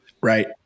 right